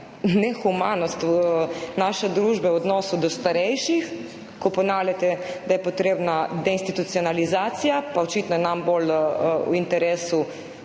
nehumanost naše družbe v odnosu do starejših, ko ponavljate, da je potrebna deinstitucionalizacija, pa je očitno nam bolj v interesu,